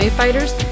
fighters